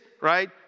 right